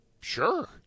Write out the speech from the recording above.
Sure